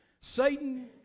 Satan